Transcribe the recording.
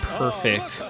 perfect